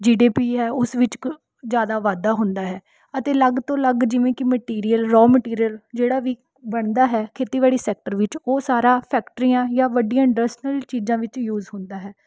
ਜੀ D P ਹੈ ਉਸ ਵਿੱਚ ਕ ਜ਼ਿਆਦਾ ਵਾਧਾ ਹੁੰਦਾ ਹੈ ਅਤੇ ਅਲੱਗ ਤੋਂ ਅਲੱਗ ਜਿਵੇਂ ਕਿ ਮਟੀਰੀਅਲ ਰੋਅ ਮਟੀਰੀਅਲ ਜਿਹੜਾ ਵੀ ਬਣਦਾ ਹੈ ਖੇਤੀਬਾੜੀ ਸੈਕਟਰ ਵਿੱਚ ਉਹ ਸਾਰਾ ਫ਼ੈਕਟਰੀਆਂ ਜਾਂ ਵੱਡੀਆਂ ਇੰਡਸ਼ਟੀਅਲ ਚੀਜ਼ਾਂ ਵਿੱਚ ਯੂਜ਼ ਹੁੰਦਾ ਹੈ